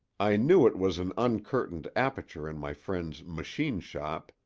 i knew it was an uncurtained aperture in my friend's machine-shop,